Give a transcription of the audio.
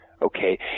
Okay